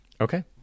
Okay